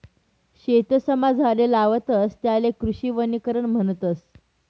शेतसमा झाडे लावतस त्याले कृषी वनीकरण म्हणतस